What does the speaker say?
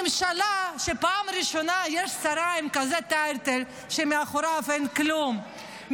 ממשלה שבה בפעם הראשונה יש שרה עם כזה טייטל ומאחוריו אין כלום,